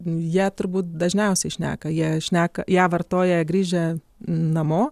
ja turbūt dažniausiai šneka jie šneka ją vartoja grįžę namo